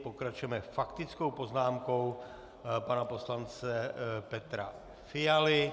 Pokračujeme faktickou poznámkou pana poslance Petra Fialy.